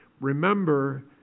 remember